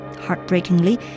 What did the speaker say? Heartbreakingly